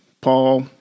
Paul